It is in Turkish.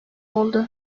oldu